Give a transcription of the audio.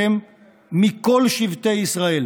אתם מכל שבטי ישראל